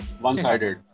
one-sided